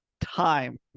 time